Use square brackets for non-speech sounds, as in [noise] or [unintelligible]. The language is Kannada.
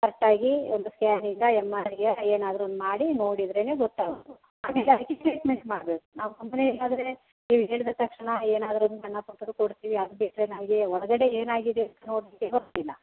ಕರೆಕ್ಟಾಗಿ ಒಂದು ಸ್ಕ್ಯಾನಿಂಗಾ ಎಮ್ ಆರ್ ಐಯ ಏನಾದ್ರೂ ಒಂದು ಮಾಡಿ ನೋಡಿದ್ರೇ ಗೊತ್ತಾಗೋದು [unintelligible] ಟ್ರೀಟ್ಮೆಂಟ್ ಮಾಡ್ಬೇಕು ನಾವು ಸುಮ್ಮನೆ ಇಲ್ಲಾಂದ್ರೆ ನೀವು ಹೇಳಿದ ತಕ್ಷಣ ಏನಾದ್ರೂ ಒಂದು ಸಣ್ಣ ಪುಟ್ಟದ್ದು ಕೊಡ್ತೀವಿ ಅದು ಬಿಟ್ಟರೆ ನಮಗೆ ಒಳಗಡೆ ಏನು ಆಗಿದೆ ನೋಡಲಿಕ್ಕೆ ಗೊತ್ತಿಲ್ಲ